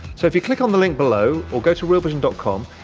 so, if you click on the link below or go to realvision but com,